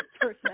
person